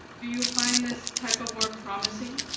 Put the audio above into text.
do you find this type of work promising?